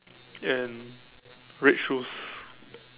and red shoes